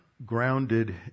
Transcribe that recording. Grounded